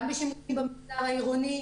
גם בשימושים במגזר העירוני.